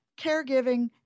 caregiving